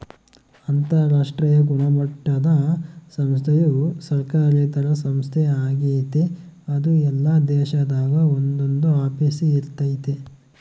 ಅಂತರಾಷ್ಟ್ರೀಯ ಗುಣಮಟ್ಟುದ ಸಂಸ್ಥೆಯು ಸರ್ಕಾರೇತರ ಸಂಸ್ಥೆ ಆಗೆತೆ ಅದು ಎಲ್ಲಾ ದೇಶದಾಗ ಒಂದೊಂದು ಆಫೀಸ್ ಇರ್ತತೆ